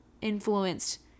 influenced